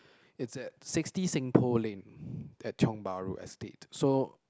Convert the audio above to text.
it's at sixty Seng-Poh-Lane at Tiong-Bahru estate so